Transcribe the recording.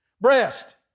Breast